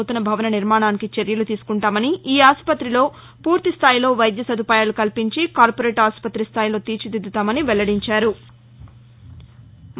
నూతన భవన నిర్మాణానికి చర్యలు తీసుకుంటామని ఈ ఆసుపతిలో పూర్తిస్థాయిలో వైద్య సదుపాయాలు కల్పించి కార్పొరేట్ ఆసుపతి స్థాయిలో తీర్చిదిద్దుతామని వెల్లడించారు